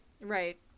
Right